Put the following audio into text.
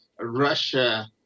Russia